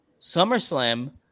SummerSlam